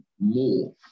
more